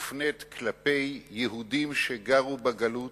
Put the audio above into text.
מופנית כלפי יהודים שגרו בגלות,